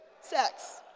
sex